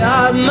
God